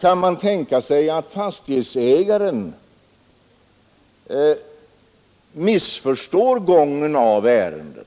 kan man tänka sig att fastighetsägaren missförstår ärendets gång.